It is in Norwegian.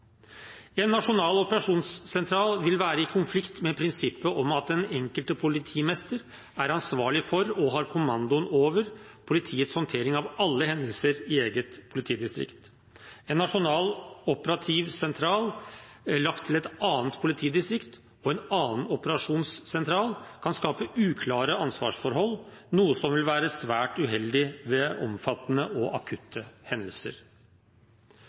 En nasjonal operasjonssentral vil være i konflikt med prinsippet om at den enkelte politimester er ansvarlig for og har kommandoen over politiets håndtering av alle hendelser i eget politidistrikt. En nasjonal operativ sentral lagt til et annet politidistrikt og en annen operasjonssentral kan skape uklare ansvarsforhold, noe som vil være svært uheldig ved omfattende og akutte hendelser.